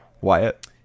Wyatt